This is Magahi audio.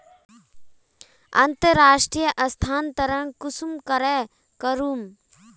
अंतर्राष्टीय स्थानंतरण कुंसम करे करूम?